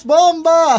Bomba